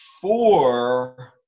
four